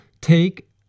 take